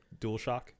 DualShock